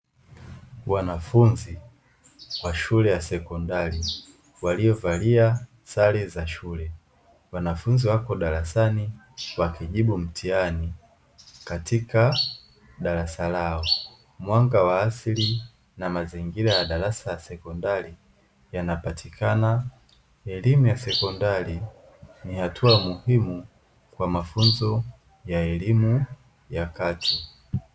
Wanafunzi wa shule ya sekondari waliovalia sare za shule wanafunzi wako darasani wakijibu mtihani katika darasa lao, mwanga wa asili na mazingira ya darasa la sekondari yanapatikana. Elimu ya sekondari ni hatua muhimu kwa mafunzo ya elimu ya kati.